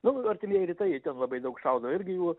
nu artimieji rytai ten labai daug šaudo irgi jų